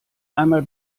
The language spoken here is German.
einmal